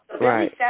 right